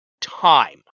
time